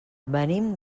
venim